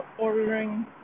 ordering